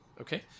Okay